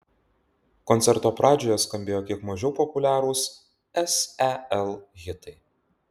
koncerto pradžioje skambėjo kiek mažiau populiarūs sel hitai